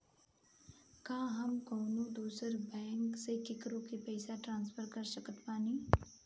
का हम कउनों दूसर बैंक से केकरों के पइसा ट्रांसफर कर सकत बानी?